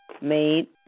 made